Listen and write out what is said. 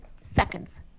seconds